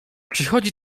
przychodzi